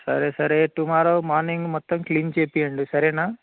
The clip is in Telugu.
సరే సరే టుమారో మార్నింగ్ మొత్తం క్లీన్ చేపియ్యండి సరేనా